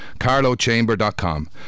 carlochamber.com